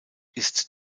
ist